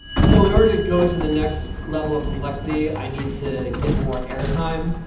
so in order to go to the next level of complexity, i need to get more air time,